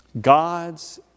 God's